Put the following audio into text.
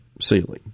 ceiling